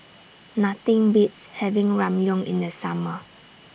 Nothing Beats having Ramyeon in The Summer